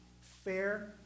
fair